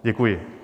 Děkuji.